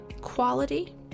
quality